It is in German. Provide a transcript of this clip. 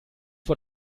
vor